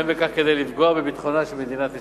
ואין בכך כדי לפגוע בביטחונה של מדינת ישראל.